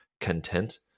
content